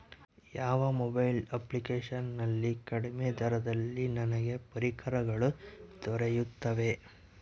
ಯಾವ mobile application ನಲ್ಲಿ ಕಡಿಮೆ ದರದಲ್ಲಿ ನನಗೆ ಪರಿಕರಗಳು ದೊರೆಯುತ್ತವೆ?